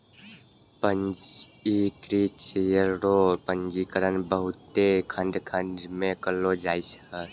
पंजीकृत शेयर रो पंजीकरण बहुते खंड खंड मे करलो जाय छै